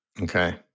Okay